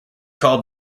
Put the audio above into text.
called